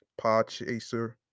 Podchaser